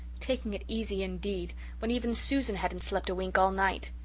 taking it easy, indeed when even susan hadn't slept a wink all night!